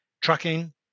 trucking